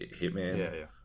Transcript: Hitman